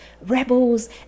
rebels